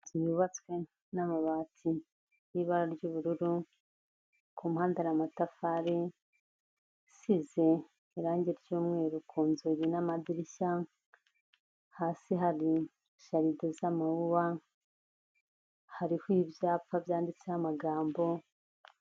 Inzu yubatswe n'amabati y'ibara ry'ubururu, ku mpande hari amatafari asize irangi ry'umweru ku nzugi n'amadirishya, hasi hari jaride z'amawuwa, hariho ibyapa byanditseho amagambo.